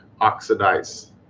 oxidize